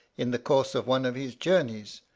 in the course of one of his journies,